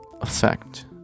effect